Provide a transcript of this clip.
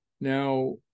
Now